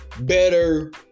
better